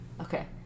Okay